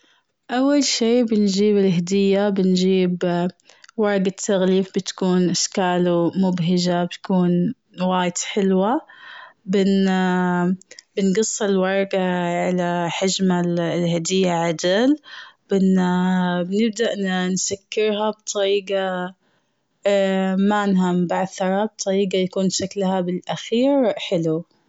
أول شي بنجيب الهدية بنجيب ورقة التغليف بتكون أشكاله مبهجة بتكون وايد حلوة. بن- بنقص الورقة على حجم الهدية عدل. بن- بنبدأ نسكرها بطريقة مانها مبعثرة طريقة، بطريقة يكون شكلها بالأخير حلو.